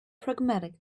pragmatic